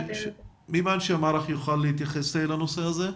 מי מאנשי המערך יוכל להתייחס לנושא הזה?